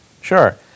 Sure